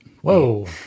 whoa